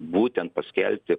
būtent paskelbti